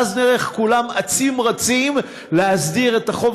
ואז נראה איך כולם אצים רצים להסדיר את החוב